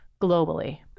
globally